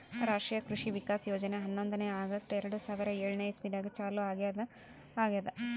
ರಾಷ್ಟ್ರೀಯ ಕೃಷಿ ವಿಕಾಸ್ ಯೋಜನೆ ಹನ್ನೊಂದನೇ ಆಗಸ್ಟ್ ಎರಡು ಸಾವಿರಾ ಏಳನೆ ಇಸ್ವಿದಾಗ ಚಾಲೂ ಆಗ್ಯಾದ ಆಗ್ಯದ್